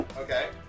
Okay